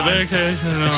vacation